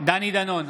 דני דנון,